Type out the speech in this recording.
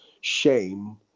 shame